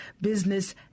Business